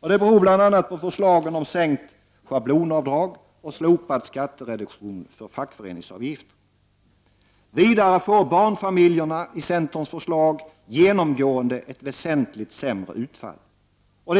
Det beror bl.a. på förslagen om sänkt schablonavdrag och slopad skattereduktion för fackföreningsavgifter. Vidare får barnfamiljerna genomgående ett väsentligt sämre utfall med centerns förslag.